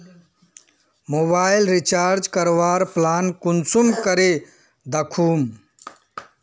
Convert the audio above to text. Mobile recharge करवार plan कुंसम करे दखुम?